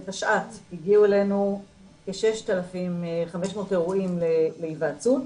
בתשע"ט הגיעו אלינו כ-6,500 אירועים להיוועצות.